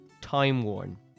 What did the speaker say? time-worn